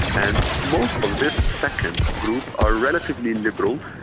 and most of this second group are relatively liberal,